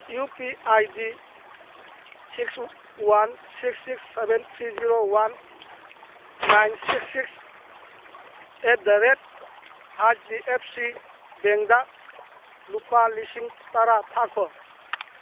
U P I D six one six six seven three zero one nine six six at the rate H D F C ꯕꯦꯡꯗ ꯂꯨꯄꯥ ꯂꯤꯁꯤꯡ ꯇꯔꯥ ꯊꯥꯈꯣ